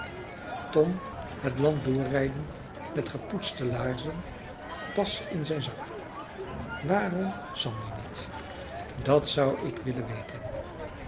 tom het land doorrijden met gepoetste laarzen pas in zijn zak waarom sam nu niet dat zou ik willen weten